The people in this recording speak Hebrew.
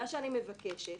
אני מבקשת